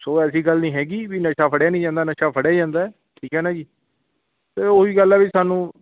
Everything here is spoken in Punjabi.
ਸੋ ਐਸੀ ਗੱਲ ਨਹੀਂ ਹੈਗੀ ਵੀ ਨਸ਼ਾ ਫੜਿਆ ਨਹੀਂ ਜਾਂਦਾ ਨਸ਼ਾ ਫੜਿਆ ਜਾਂਦਾ ਠੀਕ ਹੈ ਨਾ ਜੀ ਅਤੇ ਉਹੀ ਗੱਲ ਹੈ ਵੀ ਸਾਨੂੰ